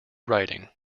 writing